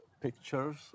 pictures